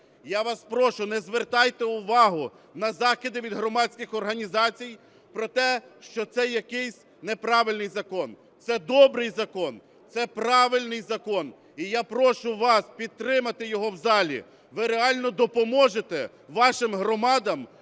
Я вас прошу, не звертайте увагу на закиди від громадських організацій про те, що це якийсь неправильний закон. Це добрий закон, це правильний закон і я прошу вас підтримати його в залі. Ви реально допоможете вашим громадам